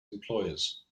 employers